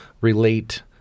relate